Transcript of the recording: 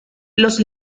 los